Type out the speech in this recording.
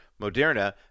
Moderna